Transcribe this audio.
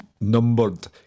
numbered